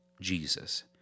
Jesus